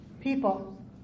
people